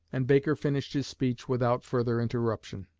and baker finished his speech without further interruption.